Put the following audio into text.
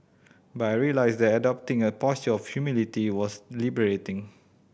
but I realised that adopting a posture of humility was liberating